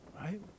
Right